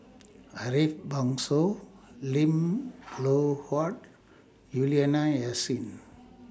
Ariff Bongso Lim Loh Huat Juliana Yasin